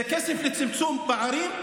זה כסף לצמצום פערים,